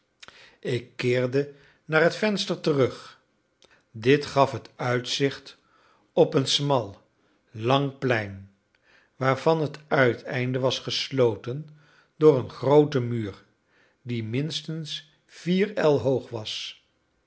ik keerde naar het venster terug dit gaf het uitzicht op een smal lang plein waarvan het uiteinde was gesloten door een grooten muur die minstens vier el hoog was